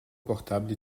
portable